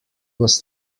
was